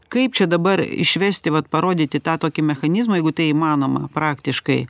kaip čia dabar išvesti vat parodyti tą tokį mechanizmą jeigu tai įmanoma praktiškai